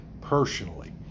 personally